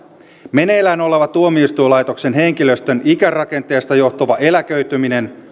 meneillään oleva tuomioistuinlaitoksen henkilöstön ikärakenteesta johtuva eläköityminen